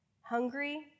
Hungry